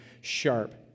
sharp